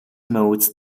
modes